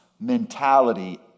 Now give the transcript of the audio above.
mentality